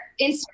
Instagram